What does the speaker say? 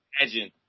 imagine